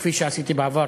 כפי שעשיתי בעבר.